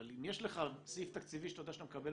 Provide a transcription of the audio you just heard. אבל אם יש לך סעיף תקציבי שאתה יודע שאתה מקבל